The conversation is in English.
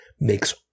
makes